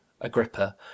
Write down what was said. agrippa